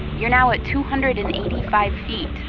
you're now at two hundred and eighty five feet,